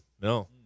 No